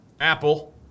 Apple